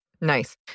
Nice